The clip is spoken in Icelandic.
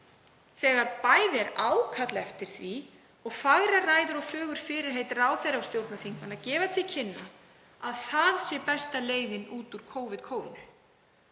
þegar bæði er ákall eftir því og fagrar ræður og fögur fyrirheit ráðherra og stjórnarþingmanna gefa til kynna að það sé besta leiðin út úr Covid-kófinu.